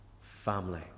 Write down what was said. family